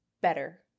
better